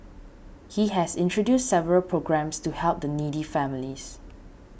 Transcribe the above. he has introduced several programmes to help the needy families